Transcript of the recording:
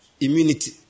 immunity